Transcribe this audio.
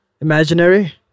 Imaginary